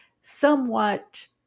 somewhat